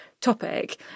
topic